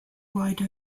wide